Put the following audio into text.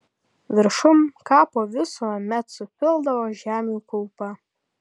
viršum kapo visuomet supildavo žemių kaupą